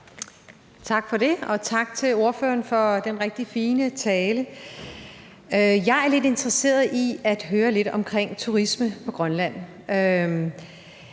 Tak for det, og tak til ordføreren for den rigtig fine tale. Jeg er interesseret i at høre lidt om turisme i Grønland.